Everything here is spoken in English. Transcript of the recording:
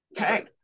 okay